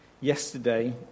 yesterday